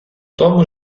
тому